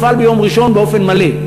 יפעל ביום ראשון באופן מלא.